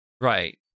Right